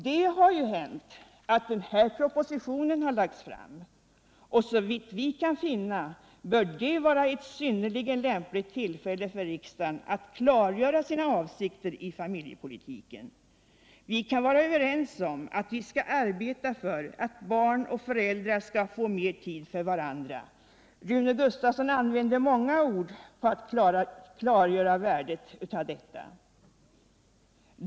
Det har ju hänt att den här propositionen har lagts fram och såvitt vi kan finna bör det här vara ett synnerligen lämpligt tillfälle för riksdagen att klargöra sina avsikter i familjepolitiken. Vi kan vara överens om att vi skall arbeta för att barn och föräldrar skall få mer tid för varandra. Rune Gustavsson använder många ord för att klargöra värdet därav.